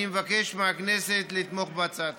כמה עלתה לנו השטות הזאת.